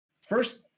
first